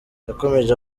yakomeje